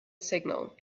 signal